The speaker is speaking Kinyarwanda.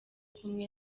kumwe